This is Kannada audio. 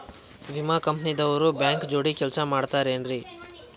ವಿಮಾ ಕಂಪನಿ ದವ್ರು ಬ್ಯಾಂಕ ಜೋಡಿ ಕೆಲ್ಸ ಮಾಡತಾರೆನ್ರಿ?